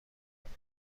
کنیم